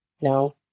No